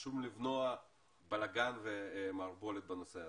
חשוב למנוע בלגן והמערבולת בנושא הנושא.